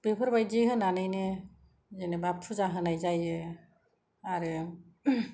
बेफोरबायदि होनानैनो जेनेबा फुजा होनाय जायो आरो